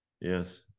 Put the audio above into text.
Yes